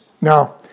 Now